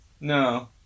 No